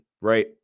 right